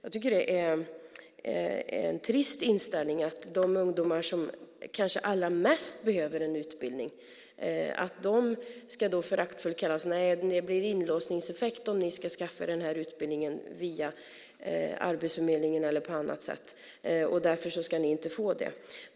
Det är en trist inställning att föraktfullt säga till de ungdomar som kanske allra mest behöver en utbildning att det blir en inlåsningseffekt om de skaffar sig en utbildning via Arbetsförmedlingen eller på annat sätt och att de därför inte ska få det.